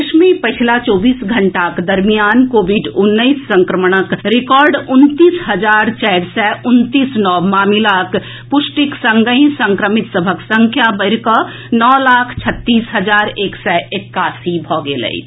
देश मे पछिला चौबीस घंटाक दरमियान कोविड उन्नैस संक्रमणक रिकॉर्ड उनतीस हजार चारि सय उनतीस नव मामिलाक पुष्टिक संगहि संक्रमित सभक संख्या बढ़िकऽ नओ लाख छत्तीस हजार एक सय एकासी भऽ गेल अछि